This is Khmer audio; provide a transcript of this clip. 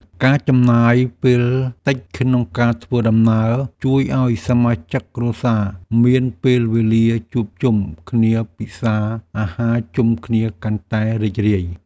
ការចំណាយពេលតិចក្នុងការធ្វើដំណើរជួយឱ្យសមាជិកគ្រួសារមានពេលវេលាជួបជុំគ្នាពិសារអាហារជុំគ្នាកាន់តែរីករាយ។